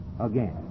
again